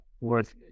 worth